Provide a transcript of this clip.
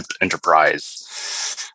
enterprise